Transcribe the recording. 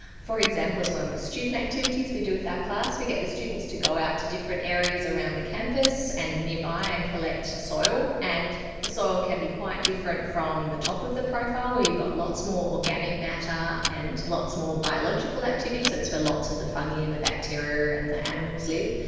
for example as one of the student activities we do with our class, we get the students to go out to different areas around the campus and nearby and collect soil, and the soil can be quite different from the top of the profile where you've got lots more organic matter and lots more biological activity, so it's where lots of the fungi and the bacteria and the animals live.